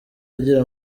agira